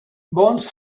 bones